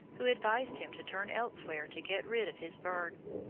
who advised him to turn elsewhere to get rid of his burden.